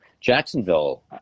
Jacksonville